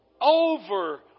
over